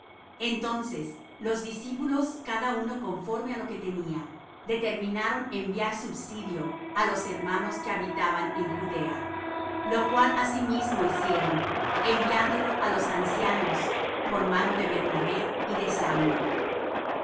entonces los discípulos cada uno conforme á lo que tenía determinaron enviar subsidio á los hermanos que habitaban en judea lo cual asimismo hicieron enviándolo á los ancianos por mano de bernabé y de saulo y